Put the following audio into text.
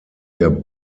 der